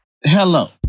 Hello